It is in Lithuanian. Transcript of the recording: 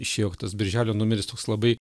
išėjo tas birželio numeris toks labai